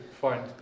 find